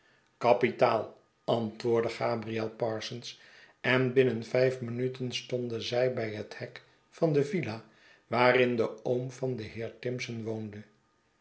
kapitaal antwoordde gabriel parsons en binnen vijf minuten stonden zij bij hethekvan de villa waarin de oom van den heer timson woonde